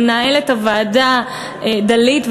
למנהלת הוועדה דלית,